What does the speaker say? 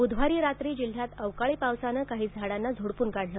बुधवारी रात्री जिल्ह्यात अवकाळी पावसाने काही भागांना झोडपून काढले